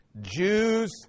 Jews